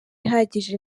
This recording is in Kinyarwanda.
ihagije